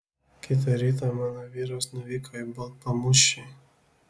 kitą rytą mano vyras nuvyko į baltpamūšį